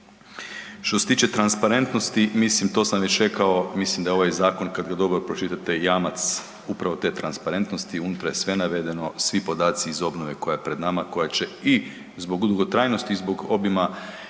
Što se tiče transparentnosti, mislim to sam već rekao, mislim da ovaj zakon, kad ga dobro pročitate je jamac upravo te transparentnosti, unutra je sve navedeno, svi podaci iz obnove koja je pred nama, koja će i zbog dugotrajnosti i zbog obima